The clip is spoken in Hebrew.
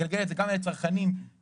ויגלגל את זה גם לצרכנים בקצה.